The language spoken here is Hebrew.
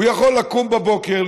הוא יכול לקום בבוקר,